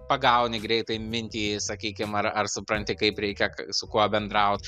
pagauni greitai mintį sakykim ar ar supranti kaip reikia su kuo bendraut